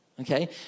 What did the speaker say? okay